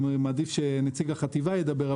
אני מעדיף שנציג החטיבה ידבר,